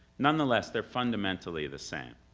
nonetheless they're fundamentally the same.